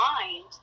mind